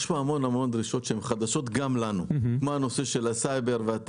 מה לגבי הגשת ההיתר וקבלת